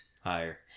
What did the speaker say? Higher